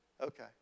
Okay